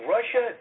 Russia